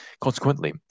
Consequently